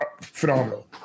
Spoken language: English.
phenomenal